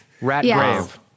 Ratgrave